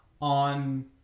on